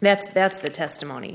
that's that's the testimony